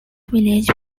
village